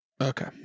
Okay